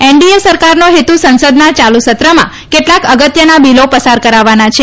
NDA સરકારનો હેતુ સંસદના યાલુ સત્રમાં કેટલાક અગત્યના બીલો પસાર કરાવવાના છે